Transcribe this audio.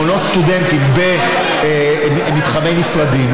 מעונות סטודנטים במתחמי משרדים,